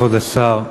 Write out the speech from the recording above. כבוד השר,